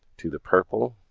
to the purple,